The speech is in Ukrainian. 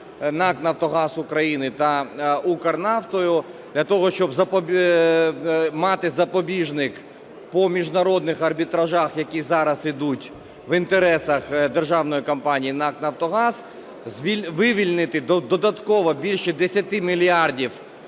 НАК "Нафтогаз України" та "Укрнафтою", для того щоб мати запобіжник по міжнародних арбітражах, які зараз ідуть в інтересах державної компанії НАК "Нафтогаз", вивільнити додатково більше 10 мільярдів